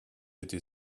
été